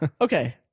Okay